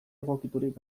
egokiturik